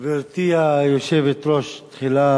בסדר-היום: הצעת חוק בתי-הדין הדתיים הדרוזיים (תיקון מס' 19)